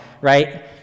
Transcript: right